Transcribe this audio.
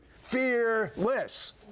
fearless